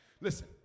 Listen